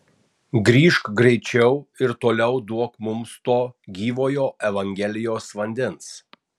grįžk greičiau ir toliau duok mums to gyvojo evangelijos vandens